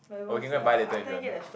or we can go and buy later if you want